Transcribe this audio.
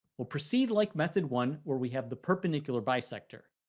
we'll proceed like method one where we have the perpendicular bisector.